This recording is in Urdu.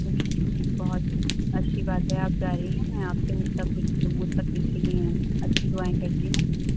جی جی پھر بہت اچھی بات ہے آپ جا رہی ہیں میں آپ کے مستقبل مستقبل کے لیے اچھی دُعائیں کرتی ہوں